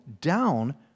down